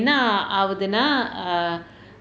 என்ன ஆவுதுன்னா:enna aavuthunnaa err